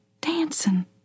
dancing